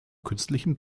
künstlichen